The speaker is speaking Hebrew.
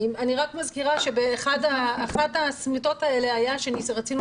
אני רק מזכירה שאחת הסמטות האלה הייתה שרצינו